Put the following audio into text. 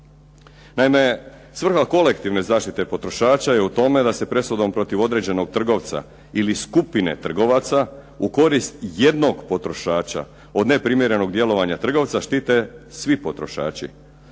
Naime, svrha kolektivne zaštite potrošača je u tome da se presudom protiv određenog trgovca ili skupine trgovaca u korist jednog potrošača od neprimjerenog djelovanja trgovca štite svi potrošači,